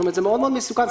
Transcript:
זה מאוד-מאוד מסוכן.